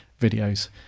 videos